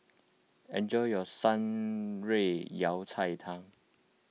enjoy your Shan Rui Yao Cai Tang